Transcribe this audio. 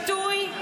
ואטורי,